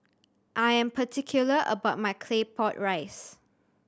I am particular about my Claypot Rice